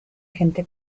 gente